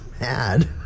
mad